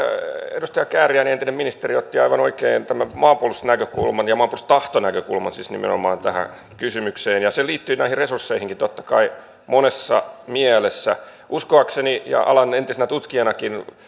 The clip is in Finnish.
edustaja kääriäinen entinen ministeri otti aivan oikein tämän maanpuolustusnäkökulman ja maanpuolustustahtonäkökulman siis nimenomaan tähän kysymykseen ja se liittyy näihin resursseihinkin totta kai monessa mielessä uskoakseni ja alan entisenä tutkijanakin